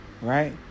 right